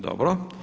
Dobro.